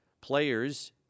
players